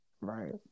right